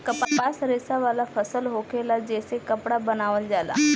कपास रेशा वाला फसल होखेला जे से कपड़ा बनावल जाला